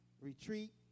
retreat